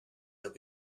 that